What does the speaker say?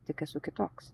tik esu kitoks